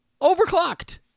overclocked